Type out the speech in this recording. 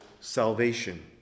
salvation